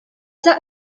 that